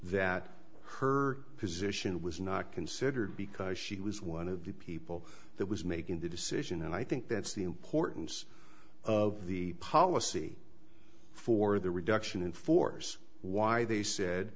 that her position was not considered because she was one of the people that was making the decision and i think that's the importance of the policy for the reduction in force why they said